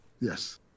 Yes